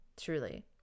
truly